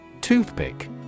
Toothpick